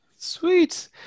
Sweet